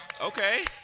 okay